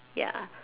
ya